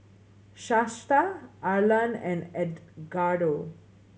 Shasta Arlan and Edgardo